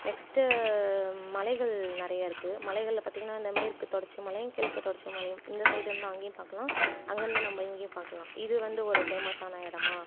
next மலைகள் நிறையா இருக்கு மலைகளில் பார்த்திங்கன்னா இந்த மேற்கு தொடர்ச்சி மலை கிழக்கு தொடர்ச்சி மலையும் இந்த சைடு இருந்தால் அங்கேயும் பார்க்கலாம் அங்கேருந்து நம்ம இங்கேயும் பார்க்கலாம் இது வந்து ஒரு ஃபேமஸ்ஸானா இடமா